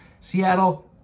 Seattle